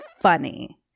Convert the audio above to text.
funny